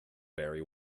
very